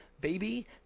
baby